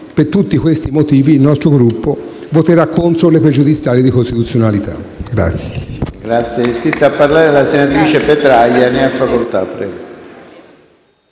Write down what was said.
Per tutti questi motivi, il nostro Gruppo voterà contro le pregiudiziali di costituzionalità.